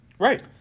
Right